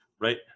Right